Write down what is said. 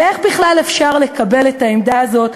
ואיך בכלל אפשר לקבל את העמדה הזאת,